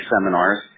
seminars